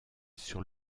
sur